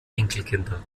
enkelkinder